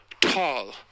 tall